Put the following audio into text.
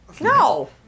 No